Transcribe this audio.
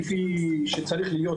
כפי שצריך להיות,